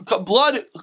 blood